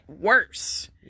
worse